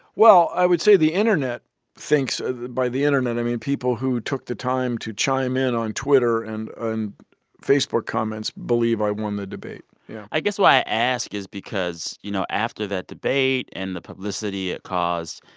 well, i would say, the internet thinks by the internet, i mean people who took the time to chime in on twitter and and facebook comments believe i won the debate, yeah i guess why i ask is because, you know, after that debate and the publicity it caused,